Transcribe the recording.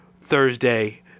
Thursday